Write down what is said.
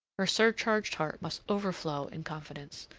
her surcharged heart must overflow in confidence.